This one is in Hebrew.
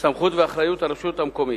ולאחריות הרשות המקומית.